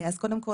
קודם כל,